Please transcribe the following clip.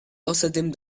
außerdem